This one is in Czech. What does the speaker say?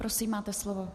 Prosím, máte slovo.